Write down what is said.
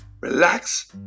relax